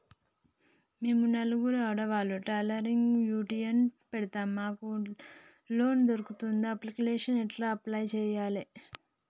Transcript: మేము నలుగురం ఆడవాళ్ళం టైలరింగ్ యూనిట్ పెడతం మాకు లోన్ దొర్కుతదా? అప్లికేషన్లను ఎట్ల అప్లయ్ చేయాలే?